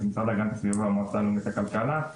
המשרד להגנת הסביבה והמועצה הלאומית לכלכלה,